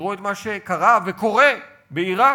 תראו את מה שקרה, וקורה, בעיראק.